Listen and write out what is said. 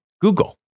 Google